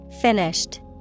finished